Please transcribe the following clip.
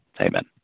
Amen